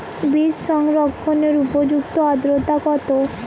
বীজ সংরক্ষণের উপযুক্ত আদ্রতা কত?